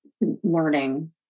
learning